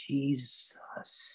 Jesus